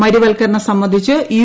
മൂരുവൽക്കരണം സംബന്ധിച്ച് യു